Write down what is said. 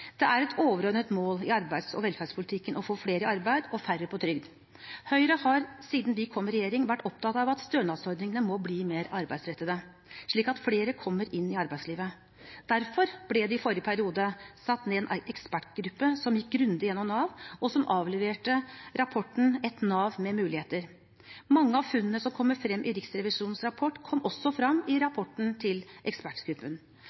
Det er et overordnet mål i arbeids- og velferdspolitikken å få flere i arbeid og færre på trygd. Høyre har siden vi kom i regjering vært opptatt av at stønadsordningene må bli mer arbeidsrettede, slik at flere kommer inn i arbeidslivet. Derfor ble det i forrige periode satt ned en ekspertgruppe som gikk grundig gjennom Nav, og som avleverte rapporten «Et NAV med muligheter». Mange av funnene som kommer frem i Riksrevisjonens rapport, kom også frem i rapporten til ekspertgruppen.